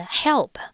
help